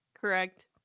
Correct